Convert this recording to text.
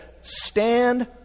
Stand